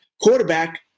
quarterback